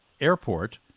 airport